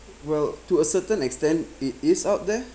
well to a certain extent it is out there